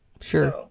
Sure